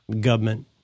Government